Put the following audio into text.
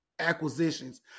acquisitions